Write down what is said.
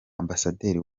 ambasaderi